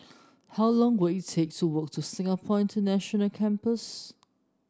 how long will it take to walk to Singapore International Campus